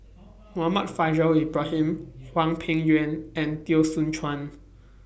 Muhammad Faishal Ibrahim Hwang Peng Yuan and Teo Soon Chuan